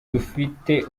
dufite